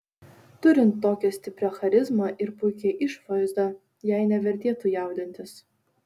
turint tokią stiprią charizmą ir puikią išvaizdą jai nevertėtų jaudintis